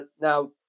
Now